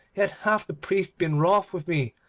yet hath the priest been wroth with me,